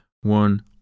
one